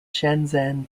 shenzhen